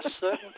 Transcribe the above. certain